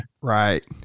right